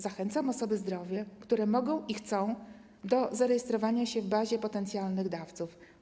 Zachęcam osoby zdrowe, które mogą i chcą, do zarejestrowania się w bazie potencjalnych dawców.